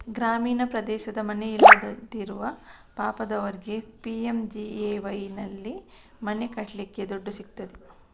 ಗ್ರಾಮೀಣ ಪ್ರದೇಶದ ಮನೆ ಇಲ್ಲದಿರುವ ಪಾಪದವರಿಗೆ ಪಿ.ಎಂ.ಜಿ.ಎ.ವೈನಲ್ಲಿ ಮನೆ ಕಟ್ಲಿಕ್ಕೆ ದುಡ್ಡು ಸಿಗ್ತದೆ